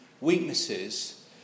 weaknesses